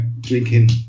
drinking